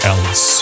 Else